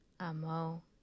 Amo